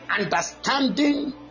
understanding